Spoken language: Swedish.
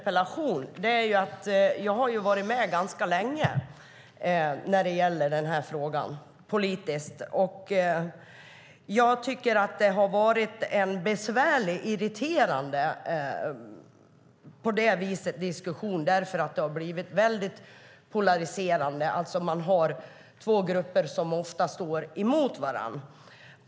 Jag har varit med ganska länge politiskt i denna fråga. Det har varit en besvärlig och irriterande diskussion, för den har blivit väldigt polariserad. Två grupper har oftast stått emot varandra.